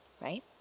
Right